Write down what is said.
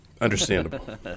Understandable